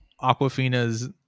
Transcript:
Aquafina's